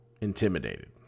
intimidated